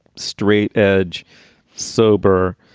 straight, edge sober.